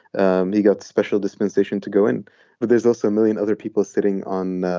um he got special dispensation to go in but there's also a million other people sitting on,